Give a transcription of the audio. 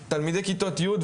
תלמידי כיתות י',